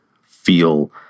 Feel